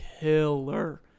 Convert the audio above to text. killer